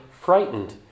frightened